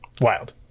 Wild